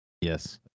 yes